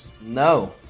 No